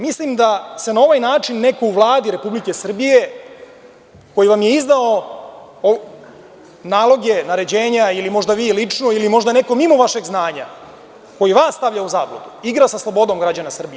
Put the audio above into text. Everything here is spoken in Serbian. Mislim da se na ovaj način neko u Vladi Republike Srbije, koji vam je izdao naloge, naređenja, ili možda vi lično, ili možda neko mimo vašeg znanja, koji vas stavlja u zabludu, igra sa slobodom građana Srbije.